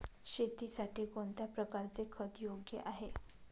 शेतीसाठी कोणत्या प्रकारचे खत योग्य आहे?